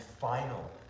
final